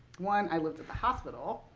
one i lived at the hospital.